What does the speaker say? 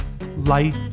light